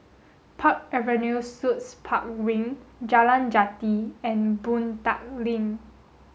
Park Avenue Suites Park Wing Jalan Jati and Boon Tat Link